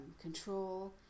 control